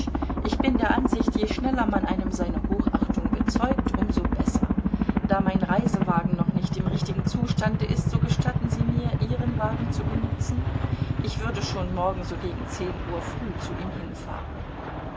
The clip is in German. ich bin der ansicht je schneller man einem seine hochachtung bezeugt um so besser da mein reisewagen noch nicht im richtigen zustande ist so gestatten sie mir ihren wagen zu benützen ich würde schon morgen so gegen zehn uhr früh zu ihm hinfahren